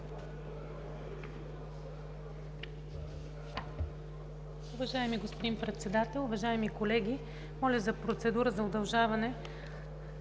Уважаеми господин Председател, уважаеми колеги! Моля за процедура за удължаване